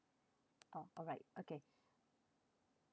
oh alright okay